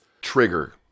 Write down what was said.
trigger